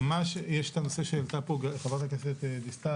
יש את הנושא שהעלתה פה חברת הכנסת דיסטל